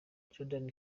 jordan